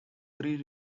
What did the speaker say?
three